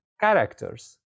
characters